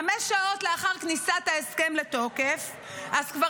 חמש שעות לאחר כניסת ההסכם לתוקף כבר